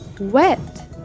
wet